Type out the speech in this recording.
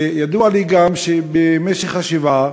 ידוע לי גם שבמשך ה"שבעה",